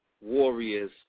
warriors